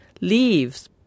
leaves